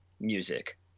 music